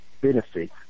benefit